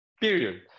period